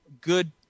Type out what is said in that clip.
good